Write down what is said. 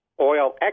oil